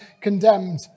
condemned